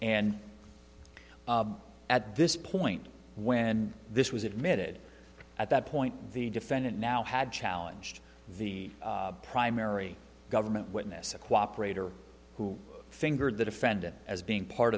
and at this point when this was admitted at that point the defendant now had challenged the primary government witness a cooperator who fingered the defendant as being part